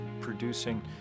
producing